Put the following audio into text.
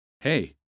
Hey